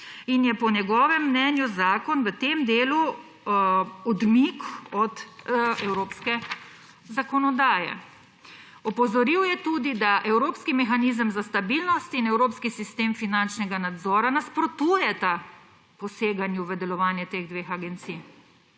in je po njegovem mnenju zakon v tem delu odmik od evropske zakonodaje. Opozoril je tudi, da evropski mehanizem za stabilnost in evropski sistem finančnega nadzora nasprotujeta poseganju v delovanje teh dveh agencij.